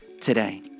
today